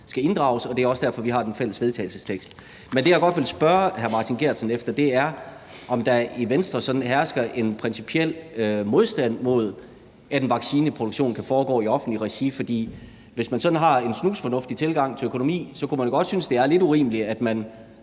skal inddrages. Det er også derfor, vi har den fælles vedtagelsestekst. Men det, jeg godt vil spørge hr. Martin Geertsen om, er, om der i Venstre sådan hersker en principiel modstand mod, at en vaccineproduktion kan foregå i offentligt regi. For hvis man har en snusfornuftig tilgang til økonomi, kunne man godt synes, at det er lidt urimeligt, at man